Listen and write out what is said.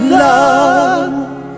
love